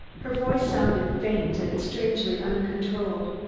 her voice sounded faint and strangely uncontrolled.